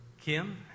Kim